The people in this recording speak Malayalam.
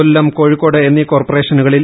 കൊല്ലം കോഴിക്കോട് എന്നീ കോർപറേഷനുകളിൽ